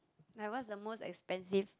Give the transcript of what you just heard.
like what's the most expensive